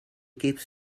keeps